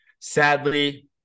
Sadly